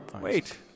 Wait